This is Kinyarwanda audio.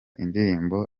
indirimbo